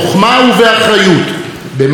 במים סוערים.